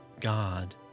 God